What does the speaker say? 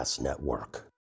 Network